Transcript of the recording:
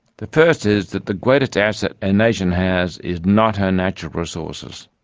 the first is that the greatest asset a nation has is not her natural resources.